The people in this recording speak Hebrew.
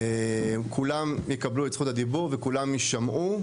כולם יקבלו את זכות הדיבור וכולם יישמעו,